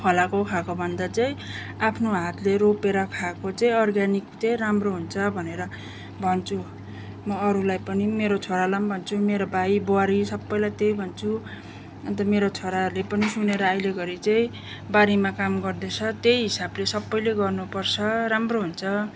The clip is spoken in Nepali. फलाएको खाएकोभन्दा चाहिँ आफ्नो हातले रोपेर खाएको चाहिँ अर्ग्यानिक चाहिँ राम्रो हुन्छ भनेर भन्छु म अरूलाई पनि मेरो छोरालाई पनि भन्छु मेरो भाइ बुहारी सबैलाई त्यही भन्छु अन्त मेरो छोराले पनि सुनेर अहिलेघडी चाहिँ बारीमा काम गर्दैछ त्यही हिसाबले सबैले गर्नुपर्छ राम्रो हुन्छ